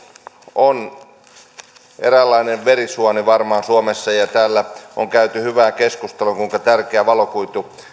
on varmaan eräänlainen verisuoni suomessa ja täällä on käyty hyvää keskustelua kuinka tärkeää valokuitu